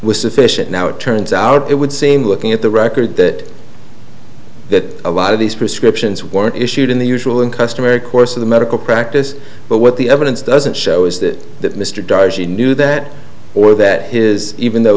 with sufficient now it turns out it would seem looking at the record that that a lot of these prescriptions weren't issued in the usual and customary course of the medical practice but what the evidence doesn't show is that that mr darcy knew that or that his even though